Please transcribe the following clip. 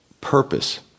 Purpose